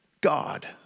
God